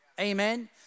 Amen